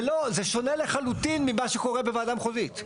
זה שונה לחלוטין ממה שקורה בוועדה מחוזית.